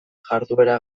jarduera